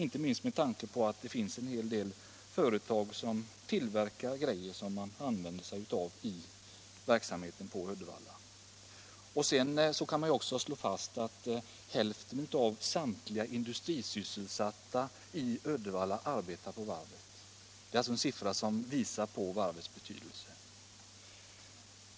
Jag tänker då inte minst på att vi har en hel del företag som tillverkar produkter vilka kommer till användning i verksamheten på Uddevallavarvet. Jag kan också peka på att hälften av samtliga industrisysselsatta i Uddevalla arbetar vid varvet. Det är ju någonting som visar varvets betydelse.